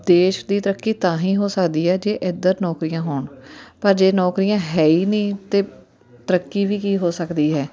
ਦੇਸ਼ ਦੀ ਤਰੱਕੀ ਤਾਂ ਹੀ ਹੋ ਸਕਦੀ ਹੈ ਜੇ ਇੱਧਰ ਨੌਕਰੀਆਂ ਹੋਣ ਪਰ ਜੇ ਨੌਕਰੀਆਂ ਹੈ ਹੀ ਨਹੀਂ ਤਾਂ ਤਰੱਕੀ ਵੀ ਕੀ ਹੋ ਸਕਦੀ ਹੈ